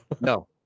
No